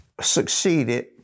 succeeded